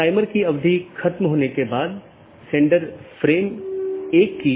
इसलिए उद्देश्य यह है कि इस प्रकार के पारगमन ट्रैफिक को कम से कम किया जा सके